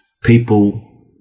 people